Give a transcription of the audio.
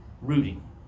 Rooting